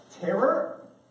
terror